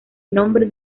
nombre